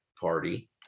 party